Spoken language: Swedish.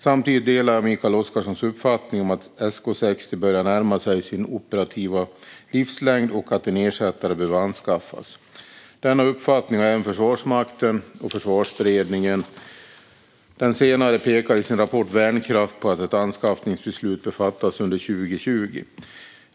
Samtidigt delar jag Mikael Oscarssons uppfattning att SK 60 börjar närma sig sin operativa livslängd och att en ersättare behöver anskaffas. Denna uppfattning har även Försvarsmakten och Försvarsberedningen. Den senare pekar i sin rapport Värnkraft på att ett anskaffningsbeslut bör fattas under 2020.